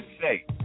say